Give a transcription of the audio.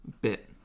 bit